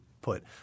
put